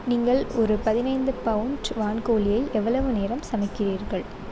நீங்கள் ஒரு பதினைந்து பவுண்ட் வான்கோழியை எவ்வளவு நேரம் சமைக்கிறீர்கள்